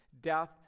death